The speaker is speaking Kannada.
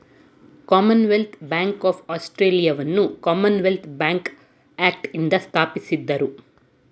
ಕಾಮನ್ವೆಲ್ತ್ ಬ್ಯಾಂಕ್ ಆಫ್ ಆಸ್ಟ್ರೇಲಿಯಾವನ್ನ ಕಾಮನ್ವೆಲ್ತ್ ಬ್ಯಾಂಕ್ ಆಕ್ಟ್ನಿಂದ ಸ್ಥಾಪಿಸಿದ್ದ್ರು